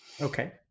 okay